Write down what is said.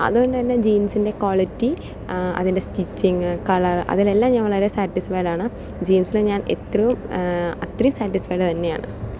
അതുകൊണ്ടുത്തന്നെ ജീൻസിൻ്റെ ക്വാളിറ്റി അതിൻ്റെ സ്റ്റിച്ചിംഗ് കളർ അതിലെല്ലാം ഞാൻ വളരെ സാറ്റിസ്ഫൈഡ് ആണ് ജീൻസിൽ ഞാൻ എത്രയു അത്രേയും സാറ്റിസ്ഫൈഡ് തന്നെ ആണ്